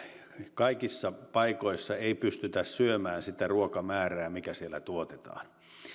kaikissa paikoissa ei pystytä syömään sitä ruokamäärää mikä siellä tuotetaan